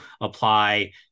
apply